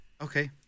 Okay